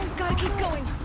gotta keep going!